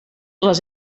les